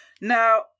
Now